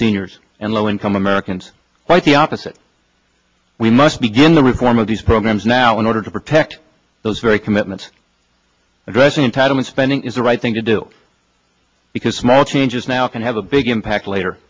seniors and low income americans quite the opposite we must begin the reform of these programs now in order to protect those very commitments addressing entitlement spending is the right thing to do because small changes now can have a big impact later